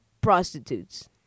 prostitutes